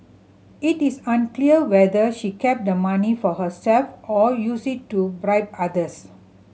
it is unclear whether she kept the money for herself or used it to bribe others